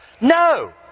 No